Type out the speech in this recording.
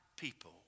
people